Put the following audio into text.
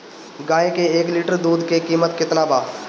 गाय के एक लीटर दूध के कीमत केतना बा?